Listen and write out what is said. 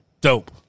Dope